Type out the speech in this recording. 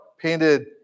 painted